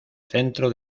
centro